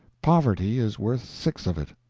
poverty is worth six of it.